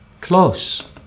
close